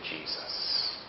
Jesus